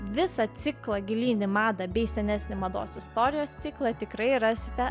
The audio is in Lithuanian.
visą ciklą gilyn į madą bei senesnį mados istorijos ciklą tikrai rasite